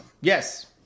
Yes